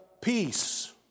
peace